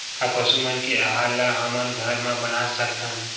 का पशु मन के आहार ला हमन घर मा बना सकथन?